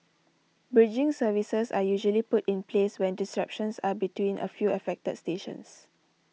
bridging services are usually put in place when disruptions are between a few affected stations